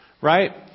Right